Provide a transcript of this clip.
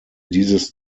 dieses